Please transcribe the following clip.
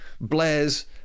Blair's